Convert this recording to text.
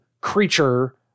creature